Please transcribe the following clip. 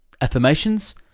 affirmations